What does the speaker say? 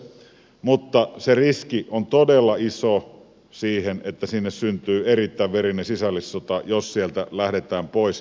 mutta se riski on todella iso että sinne syntyy erittäin verinen sisällissota jos sieltä lähdetään pois